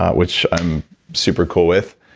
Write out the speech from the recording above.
which i'm super cool with.